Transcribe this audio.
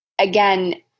again